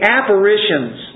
apparitions